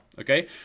okay